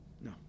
No